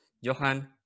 Johan